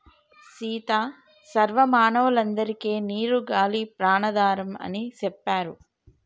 సీత సర్వ మానవులందరికే నీరు గాలి ప్రాణాధారం అని సెప్తారు